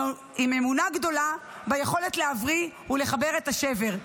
עם אמונה גדולה ביכולת להבריא ולחבר את השבר,